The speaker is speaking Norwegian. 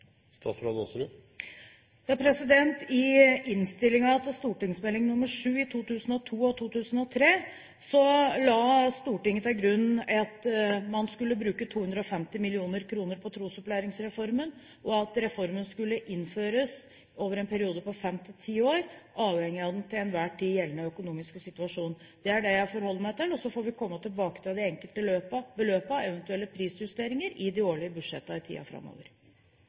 I innstillingen til St.meld. nr. 7 for 2002–2003 la Stortinget til grunn at man skulle bruke 250 mill. kr på Trosopplæringsreformen, og at reformen skulle innføres over en periode på fem–ti år, avhengig av den til enhver tid gjeldende økonomiske situasjon. Det er det jeg forholder meg til. Og så får vi komme tilbake til de enkelte beløpene, eventuelle prisjusteringer, i de årlige budsjettene i tiden framover.